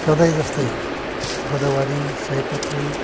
सधैँ जस्तै गोदावरी सयपत्री